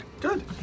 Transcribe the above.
Good